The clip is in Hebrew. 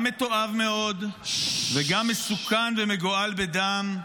גם מתועב מאוד וגם מסוכן ומגואל בדם,